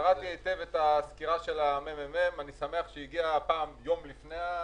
אני קראתי היטב את הסקירה של מרכז מחקר המידע.